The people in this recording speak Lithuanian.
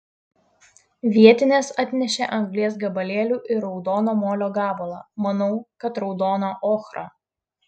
vietinės atnešė anglies gabalėlių ir raudono molio gabalą manau kad raudoną ochrą